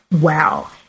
Wow